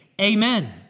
amen